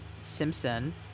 Simpson